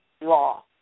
law